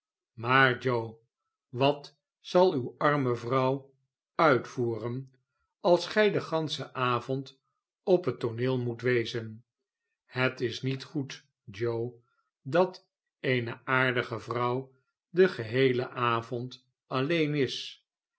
maar joe wat zal uwe arme vrouw uitvoeren als gij den ganschen avond op het tooneel moet wezen het is niet goed joe dat eene aardige vrouw den geheelen avond alleen is